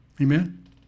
Amen